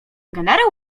generał